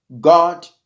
God